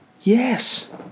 Yes